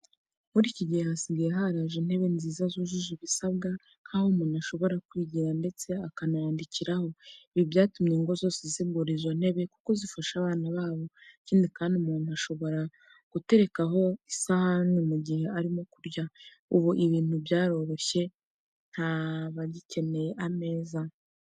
Muri iki gihe hasigaye haraje intebe nziza zujuje ibisabwa nkaho umuntu ashobora kwigira ndetse akanayandikiraho, ibi byatumye ingo zose zigura izo ntebe kuko zifasha abana babo, ikindi kandi umuntu ashobota guterekaho isahane mu gihe arimo kurya, ubu ibintu byaroroshye ntibagikenera ameza.